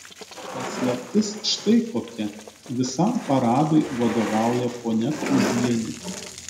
paslaptis štai kokia visam paradui vadovauja ponia tūzienė